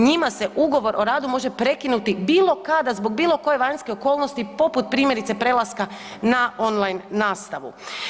Njima se ugovor o radu može prekinuti bilo kada zbog bilo koje vanjske okolnosti poput primjerice prelaska na on-line nastavu.